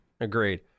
Agreed